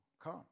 come